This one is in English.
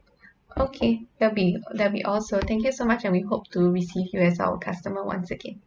okay that'll be that'll be all so thank you so much and we hope to receive you as our customer once again